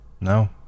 No